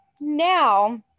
now